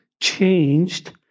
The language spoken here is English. changed